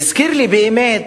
הזכיר לי באמת,